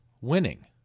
winning